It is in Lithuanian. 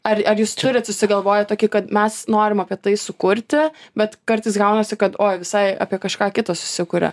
ar ar jūs turit susigalvoję tokį kad mes norim apie tai sukurti bet kartais gaunasi kad oi visai apie kažką kitą susikuria